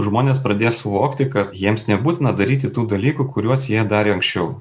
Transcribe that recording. žmonės pradės suvokti kad jiems nebūtina daryti tų dalykų kuriuos jie darė anksčiau